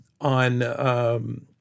on